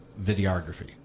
videography